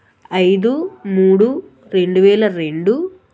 ఐదు మూడు రెండువేల రెండు